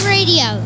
Radio